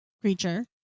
creature